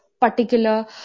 particular